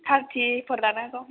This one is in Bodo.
थारथिफोर लानो हागौ